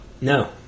No